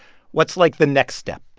what's, like, the next step?